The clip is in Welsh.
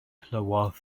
clywodd